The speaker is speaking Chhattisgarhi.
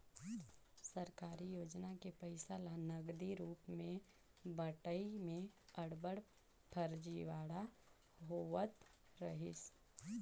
सरकारी योजना के पइसा ल नगदी रूप में बंटई में अब्बड़ फरजीवाड़ा होवत रहिस